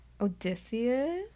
odysseus